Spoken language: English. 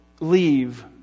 Leave